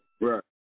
Right